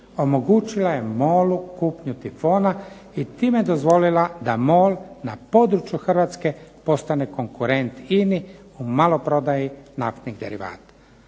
omogućila je MOL-u kupnju Tifona i time dozvolila da MOL na području Hrvatske postane konkurent INA-i u maloprodaji naftnih derivata.